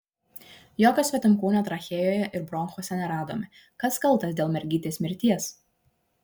jokio svetimkūnio trachėjoje ir bronchuose neradome kas kaltas dėl mergytės mirties